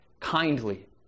kindly